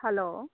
hello